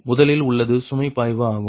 முதலில் உள்ளது சுமை பாய்வு ஆகும்